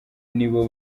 nibo